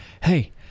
hey